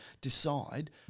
decide